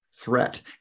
threat